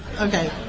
okay